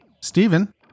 Stephen